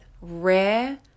rare